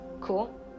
Cool